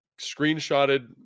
screenshotted